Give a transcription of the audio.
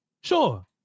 Sure